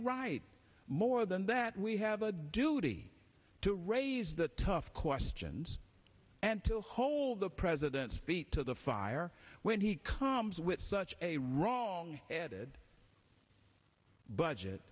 right more than that we have a duty to raise the tough questions and to hold the president's feet to the fire when he comes with such a wrong headed budget